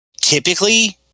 typically